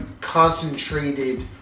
concentrated